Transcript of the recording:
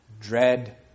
dread